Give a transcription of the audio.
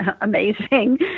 amazing